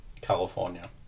California